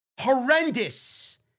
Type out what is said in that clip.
Horrendous